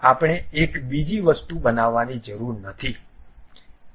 આપણે એક બીજી વસ્તુ બનાવવાની જરૂર નથી